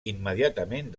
immediatament